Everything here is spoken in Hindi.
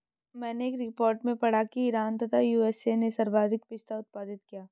मैनें एक रिपोर्ट में पढ़ा की ईरान तथा यू.एस.ए ने सर्वाधिक पिस्ता उत्पादित किया